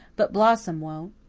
but blossom won't.